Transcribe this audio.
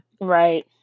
Right